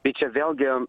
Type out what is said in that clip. tai čia vėlgi